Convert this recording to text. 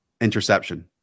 interception